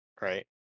right